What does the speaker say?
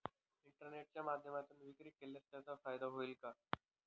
इंटरनेटच्या माध्यमातून विक्री केल्यास त्याचा फायदा होईल का?